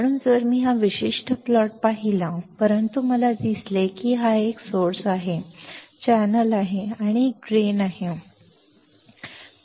म्हणून जर मी हा विशिष्ट प्लॉट पाहिला परंतु मला दिसले की तेथे एक स्रोत आहे चॅनेल आहे एक ड्रेन आहे येथे एक ड्रेन आहे येथे एक स्त्रोत आहे